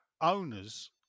Owners